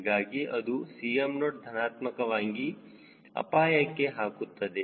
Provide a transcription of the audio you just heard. ಹೀಗಾಗಿ ಅದು 𝐶mO ಧನಾತ್ಮಕವಾಗಿ ಅಪಾಯಕ್ಕೆ ಹಾಕುತ್ತದೆ